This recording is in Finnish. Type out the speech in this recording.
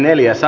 asia